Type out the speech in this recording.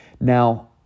Now